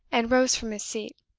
and rose from his seat.